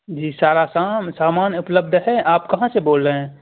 جی سارا کام سامان اپلبدھ ہے آپ کہاں سے بول رہے ہیں